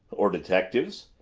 or detectives?